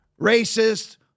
racist